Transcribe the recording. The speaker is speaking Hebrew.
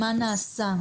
מה נעשה,